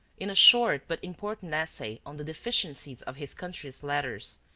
in a short but important essay on the deficiencies of his country's letters,